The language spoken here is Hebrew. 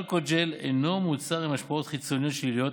אלכוג'ל אינו מוצר עם השפעות חיצוניות שליליות,